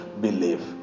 believe